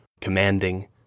commanding